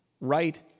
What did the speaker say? right